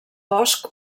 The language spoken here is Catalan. bosc